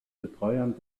betreuern